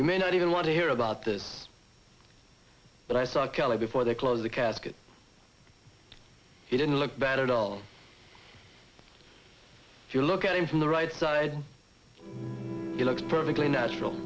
you may not even want to hear about this but i saw kelly before they closed the casket he didn't look bad at all if you look at him from the right side he looks perfectly natural